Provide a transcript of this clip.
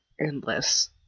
endless